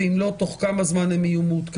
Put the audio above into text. אז הדיון יתייתר.